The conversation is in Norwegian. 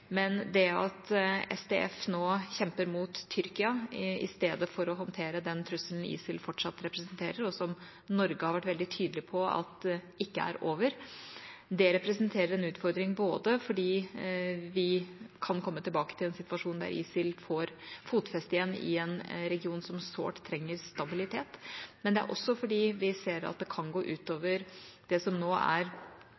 Men det at SDF nå kjemper mot Tyrkia i stedet for å håndtere den trusselen ISIL fortsatt representerer, og som Norge har vært veldig tydelig på ikke er over, representerer en utfordring både fordi vi kan komme tilbake til en situasjon der ISIL får fotfeste igjen i en region som sårt trenger stabilitet, og fordi vi ser at det kan gå